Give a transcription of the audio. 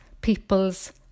people's